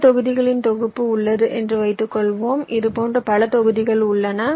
ஒரு தொகுதிகளின் தொகுப்பு உள்ளது என்று வைத்துக்கொள்வோம் இதுபோன்ற பல தொகுதிகள் உள்ளன